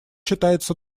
читается